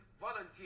volunteer